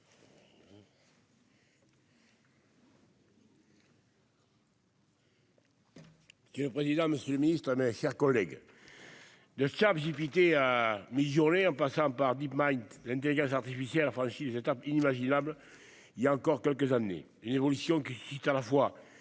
Monsieur le président, monsieur le ministre, mes chers collègues, de ChatGPT à Midjourney en passant par DeepMind, l'intelligence artificielle a franchi des étapes inimaginables il y a encore quelques années, une évolution qui suscite à la fois intérêt et